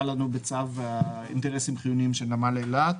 לנו בצו האינטרסים החיוניים של נמל אילת.